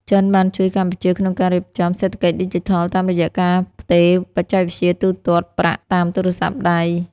ចិនបានជួយកម្ពុជាក្នុងការរៀបចំ "សេដ្ឋកិច្ចឌីជីថល" តាមរយៈការផ្ទេរបច្ចេកវិទ្យាទូទាត់ប្រាក់តាមទូរស័ព្ទដៃ។